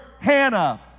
Hannah